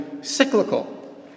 cyclical